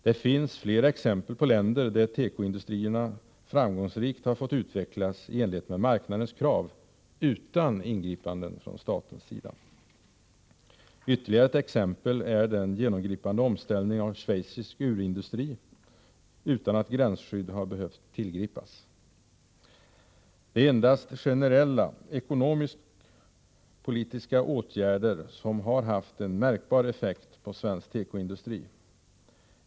Det finns flera exempel på länder där tekoindustrierna framgångsrikt har fått utvecklas i enlighet med marknadens krav utan ingripanden från staten. Ytterligare ett exempel är den genomgripande omställningen av schweizisk urindustri utan att gränsskydd har behövt tillgripas. Det är endast generella ekonomisk-politiska åtgärder som har haft en märkbar effekt på svensk tekoindustri.